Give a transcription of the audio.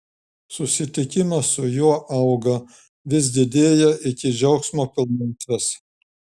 susitikimas su juo auga vis didėja iki džiaugsmo pilnatvės